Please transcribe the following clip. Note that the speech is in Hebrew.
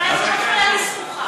תנצל את חופשת בית-הספר.